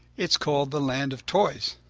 it is called the land of toys.